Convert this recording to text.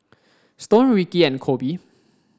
Stone Ricky and Koby